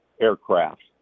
aircraft